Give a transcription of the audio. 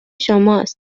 شماست